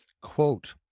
quote